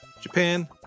Japan